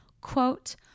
quote